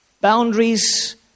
boundaries